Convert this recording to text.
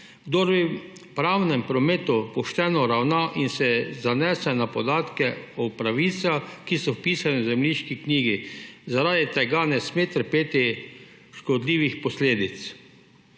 Kdor v pravnem prometu pošteno ravna in se zanese na podatke o pravicah, ki so vpisane v zemljiški knjigi, zaradi tega ne sme trpeti škodljivih posledic.